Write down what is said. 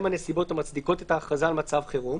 הנסיבות המצדיקות את ההכרזה על מצב חירום,